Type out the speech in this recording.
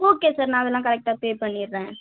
okay sir நான் அதெல்லாம் கரெக்ட்டாக பே பண்ணிடுறேன்